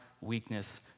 weakness